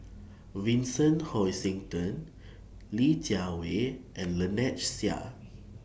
Vincent Hoisington Li Jiawei and Lynnette Seah